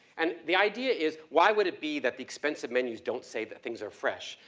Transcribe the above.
and the idea is why would it be that the expensive menus don't say that things are fresh?